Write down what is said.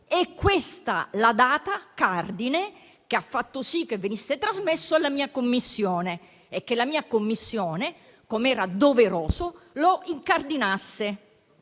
è questa la data cardine che ha fatto sì che venisse trasmesso alla mia Commissione e che la mia Commissione, com'era doveroso, lo incardinasse